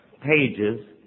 pages